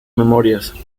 memorias